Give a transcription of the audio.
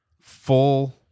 full